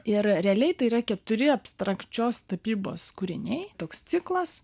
ir realiai tai yra keturi abstrakčios tapybos kūriniai toks ciklas